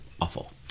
awful